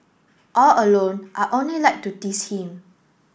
all along I only like to tease him